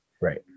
Right